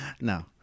No